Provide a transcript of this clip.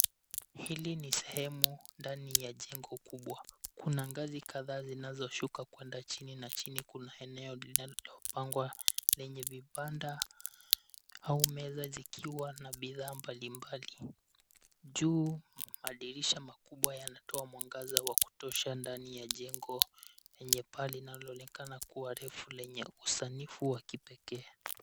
Hili ni sehemu ndani ya jengo kubwa, kuna gazi kadhaa zinazoshuka kwenda chini. Na chini kunayo eneo dogo linalopangwa lenye vibada au meza vikiwa na bidhaa mbalimbali. Juu madirisha makubwa yanatoa mwangaza wa kutosha ndani ya jengo lenye paa linaloonekana refu lenye usanifu wa kipekee.